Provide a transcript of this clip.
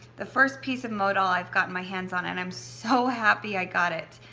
the first piece of modal i've gotten my hands on and i'm so happy i got it.